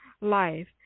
life